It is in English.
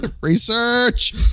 Research